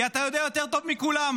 כי אתה יודע יותר טוב מכולם,